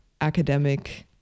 academic